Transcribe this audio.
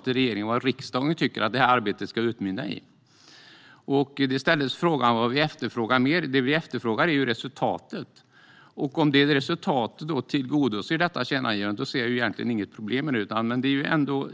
till regeringen om vad riksdagen tycker att detta arbete ska utmynna i. Det ställdes en fråga om vad mer vi efterfrågar. Det vi efterfrågar är resultatet, och om resultatet tillgodoser detta tillkännagivande ser jag egentligen inget problem med det.